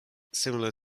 similar